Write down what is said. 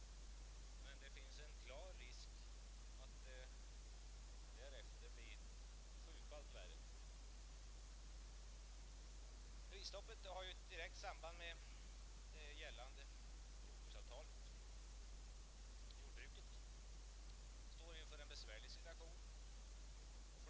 Det vore en naturlig åtgärd att AP-fonderna utnyttjades för tecknande av obligationer via de kreditinstitut som av tradition svarar för den långfristiga kapitalfinansieringen.